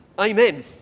Amen